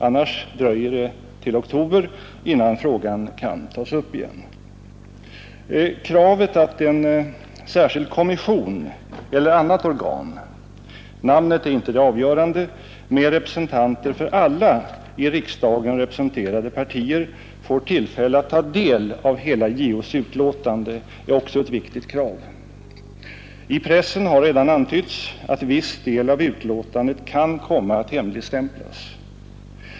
Annars dröjer det till oktober innan frågan kan tas upp igen. Kravet att en särskild kommission eller annat organ — namnet är inte det avgörande — med representanter för alla i riksdagen representerade partier får tillfälle att ta del av hela JO:s utlåtande är också ett viktigt krav. I pressen har redan antytts att viss del av utlåtandet kan komma att hemligstämplas.